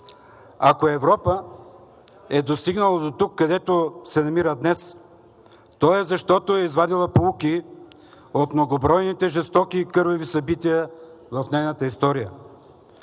Ако Европа е достигнала дотук, където се намира днес, то е, защото е извадила поуки от многобройните жестоки и кървави събития в нейната история,